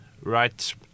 right